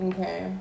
Okay